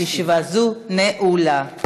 ישיבה זו נעולה.